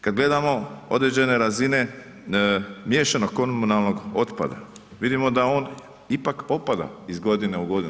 Kad gledamo određene razine miješanog komunalnog otpada vidimo da on ipak opada iz godine u godinu.